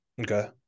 Okay